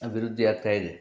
ಅಬಿವೃದ್ಧಿ ಆಗ್ತಾಯಿದೆ